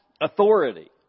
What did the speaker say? authority